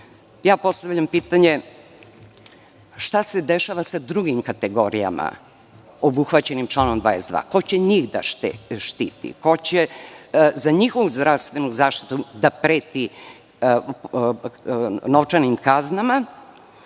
Ja postavljam pitanje šta se dešava sa drugim kategorijama obuhvaćenim članom 22? Ko će njih da štiti? Ko će za njihovu zdravstvenu zaštitu da preti novčanim kaznama?